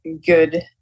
good